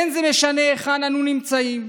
אין זה משנה היכן אנו נמצאים,